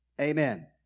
Amen